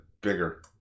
bigger